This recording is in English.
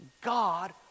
God